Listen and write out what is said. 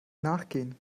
nachgehen